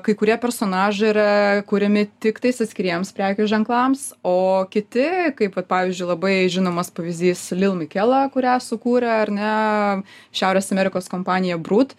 kai kurie personažai yra kuriami tiktais atskiriems prekės ženklams o kiti kaip vat pavyzdžiui labai žinomas pavyzdys lil mikela kurią sukūrė ar ne šiaurės amerikos kompanija brud